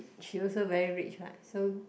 she also very rich what so